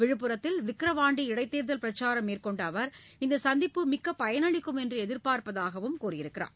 விழுப்புரத்தில் விக்கிரவாண்டி இடைத்தேர்தல் பிரச்சாரம் மேற்கொண்டஅவர் இந்தசந்திப்பு மிக்கபயனளிக்கும் என்றுஎதிர்பார்ப்பதாகஅவர் தெரிவித்தார்